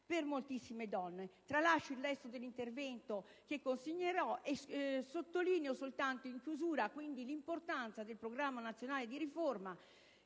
per moltissime donne. Tralascio il resto dell'intervento, che consegnerò. Sottolineo soltanto, in chiusura, l'importanza del Programma nazionale di riforma